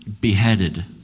beheaded